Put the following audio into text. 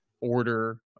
order